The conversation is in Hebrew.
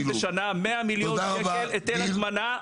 100,000,000 שקל היטל הטמנה.